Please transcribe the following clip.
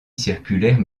circulaire